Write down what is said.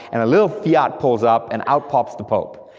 and a little fiat pulls up, and out pops the pope.